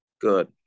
good